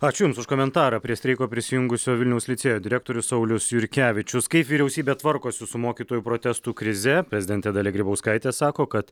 ačiū jums už komentarą prie streiko prisijungusio vilniaus licėjo direktorius saulius jurkevičius kaip vyriausybė tvarkosi su mokytojų protestų krize prezidentė dalia grybauskaitė sako kad